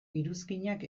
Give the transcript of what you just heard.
iruzkinak